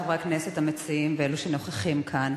חברי הכנסת המציעים ואלו שנוכחים כאן,